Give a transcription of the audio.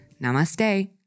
namaste